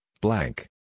blank